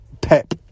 pep